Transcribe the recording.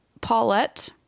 Paulette